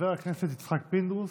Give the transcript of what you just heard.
חבר הכנסת יצחק פינדרוס,